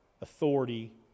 authority